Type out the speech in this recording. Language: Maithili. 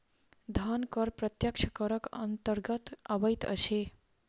धन कर प्रत्यक्ष करक अन्तर्गत अबैत अछि